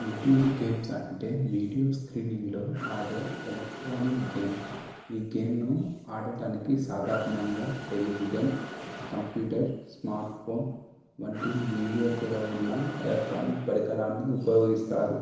video games అంటే video స్క్రీనింగ్లో ఆడే ఎలక్ట్రానిక్ గేమ్ ఈ గేమ్ను ఆడటానికి సాధారణంగా టెలివిజన్ కంప్యూటర్ స్మార్ట్ ఫోన్ వంటి వీడియో తెర ఉన్నా ఎలక్ట్రానిక్ పరికరాన్ని ఉపయోగిస్తారు